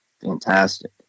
fantastic